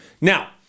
Now